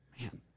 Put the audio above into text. Man